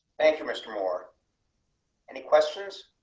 thank you, mr or any questions.